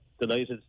delighted